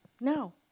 No